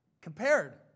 compared